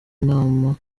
nama